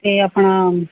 ਅਤੇ ਆਪਣਾ